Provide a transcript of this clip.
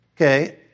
okay